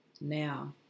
now